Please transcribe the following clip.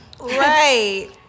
Right